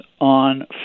on